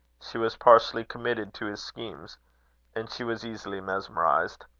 she was partially committed to his schemes and she was easily mesmerised.